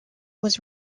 was